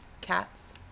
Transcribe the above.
Cats